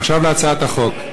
עכשיו להצעת החוק.